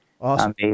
Awesome